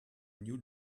new